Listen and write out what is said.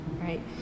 right